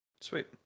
Sweet